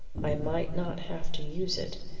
i might not have to use it,